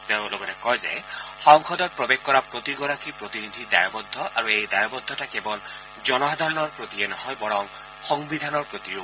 তেওঁ লগতে কয় যে সংসদত প্ৰৱেশ কৰা প্ৰতিগৰাকী প্ৰতিনিধি দায়বদ্ধ আৰু এই দায়বদ্ধতা কেৱল জনসাধাৰণৰ প্ৰতিয়ে নহয় বৰং সংবিধানৰ প্ৰতিও